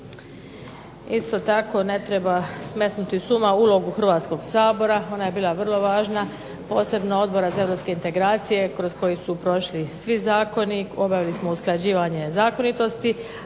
Isto tako ne treba smetnuti ulogu HRvatskog sabora. Ona je bila vrlo važno, posebno Odbora za europske integracije kroz koji su prošli svi zakoni. Obavili smo usklađivanje zakonitosti,